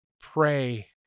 pray